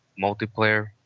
multiplayer